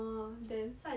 orh then